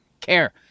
care